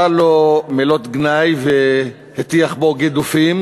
וקרא לו מילות גנאי והטיח בו גידופים,